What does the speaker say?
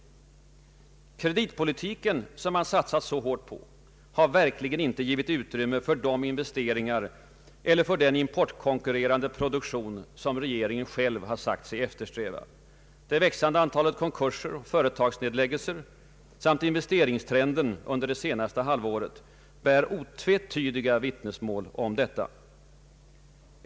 Kreditpolitiken, som man satsat så hårt på, har verkligen inte givit utrymme för de investeringar eller för den importkonkurrerande produktion som regeringen själv har sagt sig eftersträva. Det växande antalet konkurser och företagsnedläggelser samt investeringstrenden under det senaste halvåret bär otvetydiga vittnesmål härom.